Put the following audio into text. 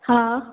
हा